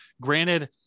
Granted